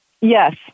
Yes